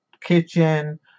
kitchen